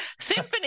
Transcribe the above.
Symphony